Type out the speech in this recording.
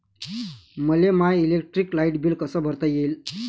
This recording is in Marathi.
मले माय इलेक्ट्रिक लाईट बिल कस भरता येईल?